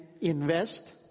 invest